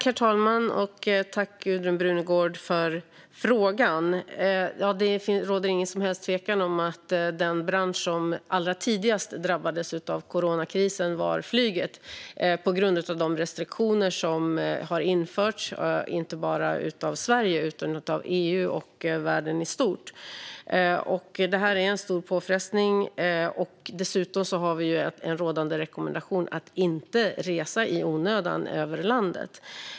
Herr talman! Tack, Gudrun Brunegård, för frågan! Det råder ingen tvekan om att den bransch som allra tidigast drabbades av coronakrisen var flyget, på grund av de restriktioner som införts inte bara av Sverige utan av EU och världen i stort. Detta är en stor påfrestning. Dessutom har vi en rådande rekommendation att inte resa i onödan över landet.